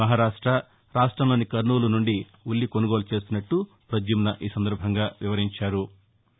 మహారాష్ట రాష్టంలోని కర్నూలు నుండి ఉల్లి కొనుగోలు చేసినట్లు పద్యుమ్న ఈ సందర్భంగా వివరించారు